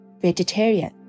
Vegetarian